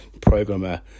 programmer